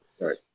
right